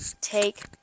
take